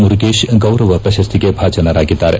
ಮುರುಗೇಶ್ ಗೌರವ ಪ್ರಶಸ್ತಿಗೆ ಭಾಜನರಾಗಿದ್ದಾರೆ